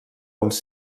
uns